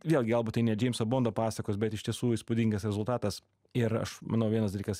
vėlgi galbūt tai ne džeimso bondo pasakos bet iš tiesų įspūdingas rezultatas ir aš manau vienas dalykas